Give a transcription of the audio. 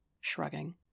shrugging